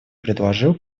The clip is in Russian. предложил